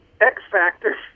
X-factor